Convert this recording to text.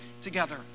together